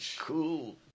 Cool